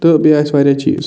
تہٕ بیٚیہِ آسہِ واریاہ چیٖز